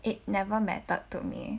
it never mattered to me